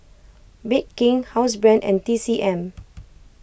Bake King Housebrand and T C M